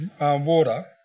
water